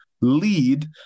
lead